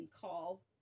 call